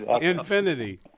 Infinity